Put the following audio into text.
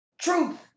Truth